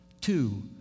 Two